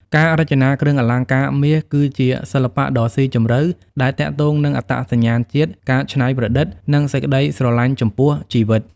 ការរចនាគ្រឿងអលង្ការមាស គឺជាសិល្បៈដ៏ស៊ីជម្រៅដែលទាក់ទងនឹងអត្តសញ្ញាណជាតិ ការច្នៃប្រឌិត និងសេចក្ដីស្រឡាញ់ចំពោះជីវិត។